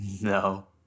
No